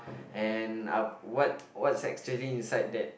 and up what what's actually inside that